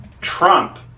trump